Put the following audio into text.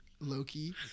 Loki